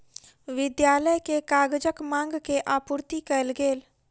विद्यालय के कागजक मांग के आपूर्ति कयल गेल